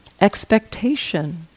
expectation